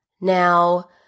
Now